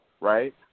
right